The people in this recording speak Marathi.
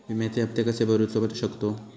विम्याचे हप्ते कसे भरूचो शकतो?